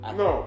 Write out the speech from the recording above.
no